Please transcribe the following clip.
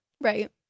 Right